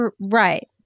right